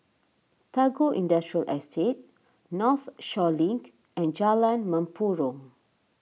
Tagore Industrial Estate Northshore Link and Jalan Mempurong